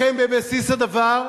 לכן בבסיס הדבר,